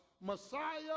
Messiah